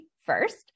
first